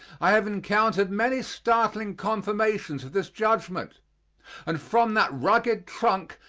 i have encountered many startling confirmations of this judgment and from that rugged trunk,